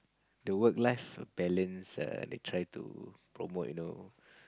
the work life balance err they try to promote you know